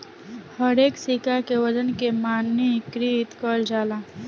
हरेक सिक्का के वजन के मानकीकृत कईल जाला